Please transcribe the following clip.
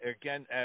again